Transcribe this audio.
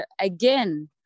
again